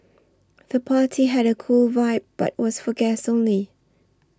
the party had a cool vibe but was for guests only